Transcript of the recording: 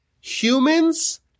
Humans